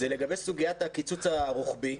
הוא סוגיית הקיצוץ הרוחבי,